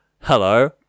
Hello